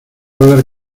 hablar